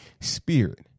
Spirit